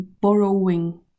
borrowing